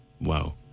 Wow